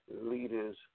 Leaders